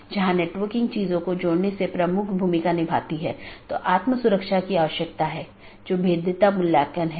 और यदि हम AS प्रकारों को देखते हैं तो BGP मुख्य रूप से ऑटॉनमस सिस्टमों के 3 प्रकारों को परिभाषित करता है